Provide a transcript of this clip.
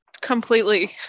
Completely